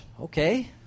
Okay